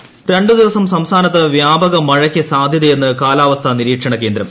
മഴ രണ്ടു ദിവസം സംസ്ഥാനത്ത് വ്യാപക മഴയ്ക്ക് സാധ്യതയെന്ന് കാലാവസ്ഥാ നിരീക്ഷണകേന്ദ്രം